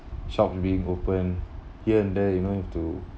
shop being open here and there you know have to